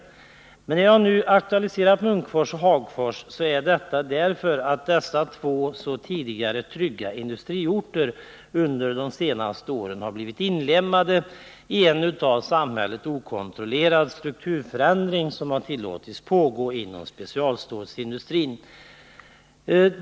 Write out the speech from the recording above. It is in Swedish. Anledningen till att jag nu har aktualiserat Munkfors och Hagfors är att dessa två tidigare så trygga industriorter under de senaste åren blivit inlemmade i den av samhället okontrollerade strukturförändring som tillåtits pågå inom specialstålsindustrin.